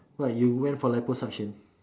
what you went for liposuction